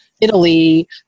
Italy